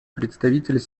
представитель